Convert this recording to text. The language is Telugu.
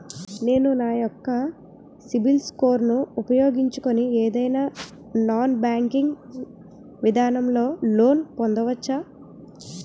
నేను నా యెక్క సిబిల్ స్కోర్ ను ఉపయోగించుకుని ఏదైనా నాన్ బ్యాంకింగ్ విధానం లొ లోన్ పొందవచ్చా?